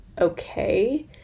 okay